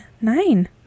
nine